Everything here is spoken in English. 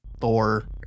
Thor